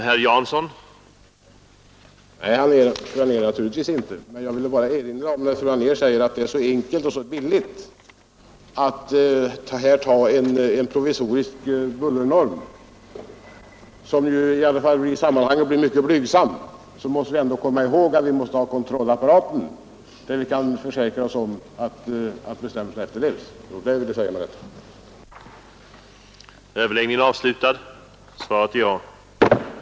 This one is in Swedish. Herr talman! Nej, naturligtvis inte, fru Anér! Men när fru Anér säger att det är enkelt och billigt att fastställa en provisorisk bullernorm — genom vilken man ändå i längden bara når blygsamma resultat — vill jag erinra om att vi måste ha en kontrollapparat, så att vi kan försäkra oss om att bestämmelserna efterlevs. Det var det jag ville ha sagt.